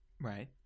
Right